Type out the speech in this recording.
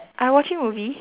I'm watching movie